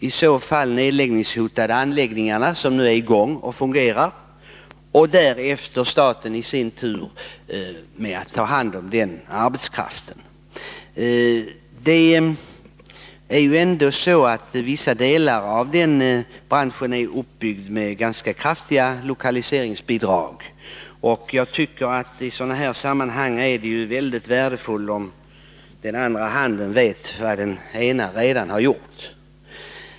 I så fall blir anläggningar som nu är i gång och fungerar nedläggningshotade, och därefter får staten ta hand om dem som blir arbetslösa. Vissa delar av denna bransch är uppbyggda med ganska kraftiga lokaliseringsbidrag, och jag tycker att det i ett sådant här sammanhang är mycket värdefullt om den ena handen vet vad den andra redan har gjort.